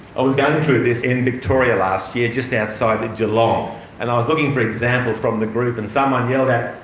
i was going through this in victoria last year, just outside ah geelong. and i was looking for examples from the group and someone yelled out,